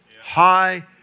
High